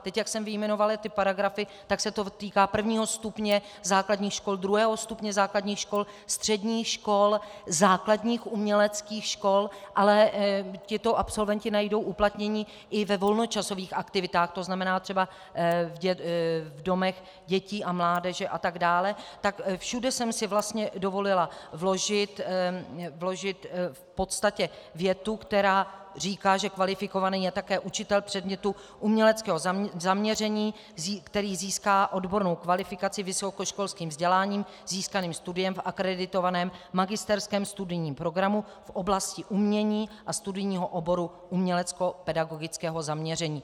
Teď jak jsem vyjmenovala ty paragrafy, tak se to týká prvního stupně základních škol, druhého stupně základních škol, středních škol, základních uměleckých škol, ale tito absolventi najdou uplatnění i ve volnočasových aktivitách, tzn. třeba v domech dětí a mládeže atd., tak všude jsem si vlastně dovolila vložit v podstatě větu, která říká, že kvalifikovaný je také učitel předmětu uměleckého zaměření, který získá odbornou kvalifikaci vysokoškolským vzděláním získaným studiem v akreditovaném magisterském studijním programu v oblasti umění a studijního oboru uměleckopedagogického zaměření.